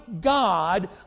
God